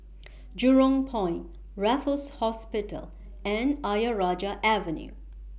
Jurong Point Raffles Hospital and Ayer Rajah Avenue